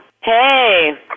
Hey